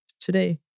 today